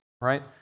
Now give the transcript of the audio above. Right